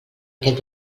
aquest